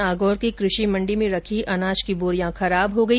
नागौर की कृषि मंडी में रखी अनाज की बोरियां खराब हो गई